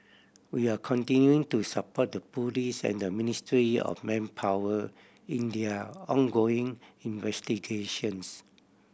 we are continuing to support the police and the Ministry of Manpower in their ongoing investigations